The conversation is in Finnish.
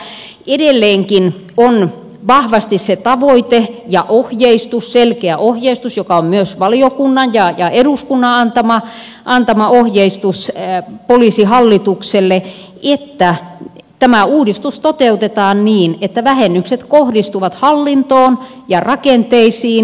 kyllä tässä edelleenkin on vahvasti se tavoite ja ohjeistus selkeä ohjeistus joka on myös valiokunnan ja eduskunnan antama ohjeistus poliisihallitukselle että tämä uudistus toteutetaan niin että vähennykset kohdistuvat hallintoon ja rakenteisiin